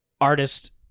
artist-